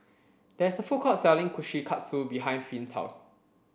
there is a food court selling Kushikatsu behind Finn's house